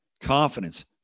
confidence